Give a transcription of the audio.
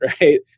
right